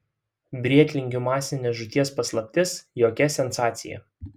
brėtlingių masinės žūties paslaptis jokia sensacija